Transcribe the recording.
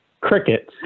cricket